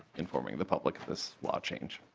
informing the public of this law change.